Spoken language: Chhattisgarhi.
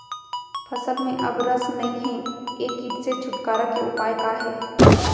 फसल में अब रस नही हे ये किट से छुटकारा के उपाय का हे?